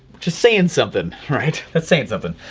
just saying something, right, that's saying something.